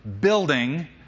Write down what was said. building